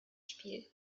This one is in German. spiel